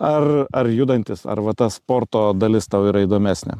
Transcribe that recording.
ar ar judantis ar vat ta sporto dalis tau yra įdomesnė